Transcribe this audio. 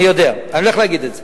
כן, אני יודע, אני הולך להגיד את זה.